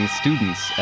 students